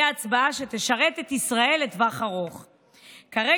היא מייללת על כך